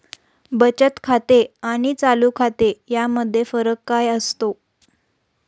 बचत खाते आणि चालू खाते यामध्ये फरक काय असतो?